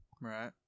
Right